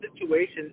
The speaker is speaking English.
situation